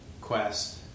quest